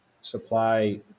supply